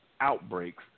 outbreaks